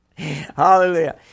Hallelujah